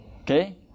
Okay